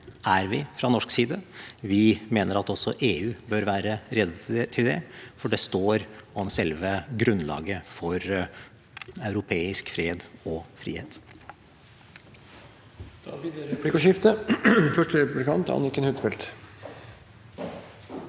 er vi fra norsk side. Vi mener at også EU bør være rede til det, for det står om selve grunnlaget for europeisk fred og frihet.